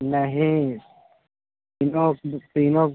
नहीं तीनों तीनों